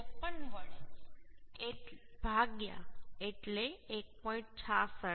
53 વડે એટલે 1